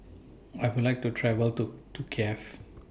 I Would like to travel to to Kiev